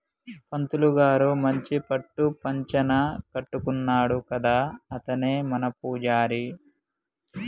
పంతులు గారు మంచి పట్టు పంచన కట్టుకున్నాడు కదా అతనే మన పూజారి